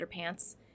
Underpants